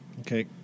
Okay